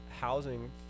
housing